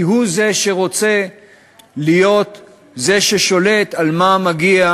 כי הוא רוצה להיות זה ששולט על מה מגיע